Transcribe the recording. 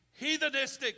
heathenistic